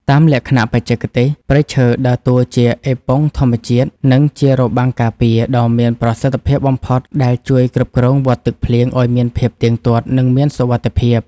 តាមលក្ខណៈបច្ចេកទេស ព្រៃឈើដើរតួជា អេប៉ុងធម្មជាតិ និងជារបាំងការពារ ដ៏មានប្រសិទ្ធភាពបំផុតដែលជួយគ្រប់គ្រងវដ្តទឹកភ្លៀងឱ្យមានភាពទៀងទាត់ និងមានសុវត្ថិភាព។